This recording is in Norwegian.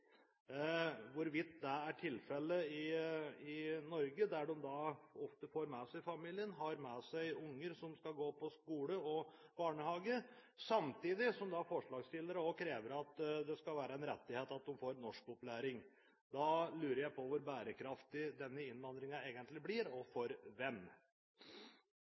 Hvorvidt det er tilfellet i Norge, der arbeidsinnvandrere ofte har med seg familien – har med seg unger som skal gå på skole og i barnehage – samtidig som forslagsstillerne krever at det skal være en rettighet at de får norskopplæring, lurer jeg på hvor «bærekraftig» denne innvandringen egentlig blir, og for hvem.